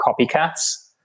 copycats